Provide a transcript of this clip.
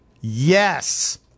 Yes